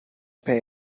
pay